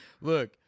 Look